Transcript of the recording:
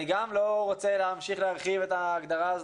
אני גם לא רוצה להמשיך להרחיב את ההגדרה הזאת.